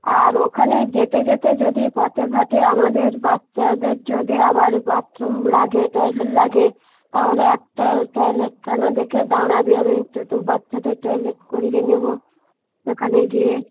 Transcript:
আর ওখানে যেতে যেতে যদি পথে ঘাটে আমাদের বাচ্চাদের যদি আবার বাথরুম লাগে টয়লেট লাগে তাহলে একটা টয়লেটখানা দেখে দাঁড়াবে আমি একটু উ বাচ্চাদের টয়লেট করিয়ে নেব সেখানে গিয়ে